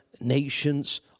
nations